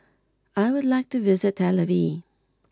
I would like to visit Tel Aviv